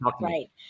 Right